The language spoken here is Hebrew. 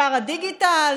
שר הדיגיטל,